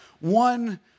one